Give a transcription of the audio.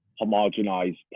homogenized